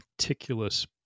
meticulous